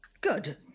Good